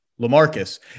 LaMarcus